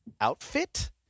outfit